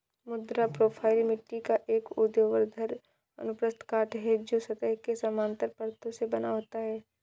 मृदा प्रोफ़ाइल मिट्टी का एक ऊर्ध्वाधर अनुप्रस्थ काट है, जो सतह के समानांतर परतों से बना होता है